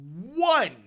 one